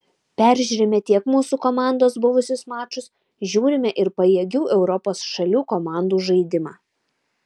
peržiūrime tiek mūsų komandos buvusius mačus žiūrime ir pajėgių europos šalių komandų žaidimą